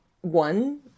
One